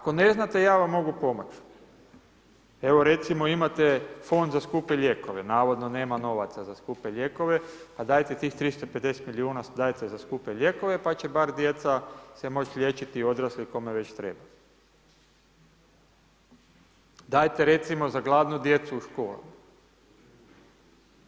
Ako ne znate, ja vam mogu pomoć, evo recimo imate Fond za skupe lijekove, navodno nema novaca za skupe lijekove, pa dajte tih 350 milijuna, dajte za skupe lijekove pa će bar djeca se moći liječiti i odrasli, kome već treba, dajte recimo za gladnu djecu u školama,